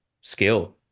skill